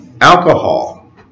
Alcohol